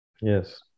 yes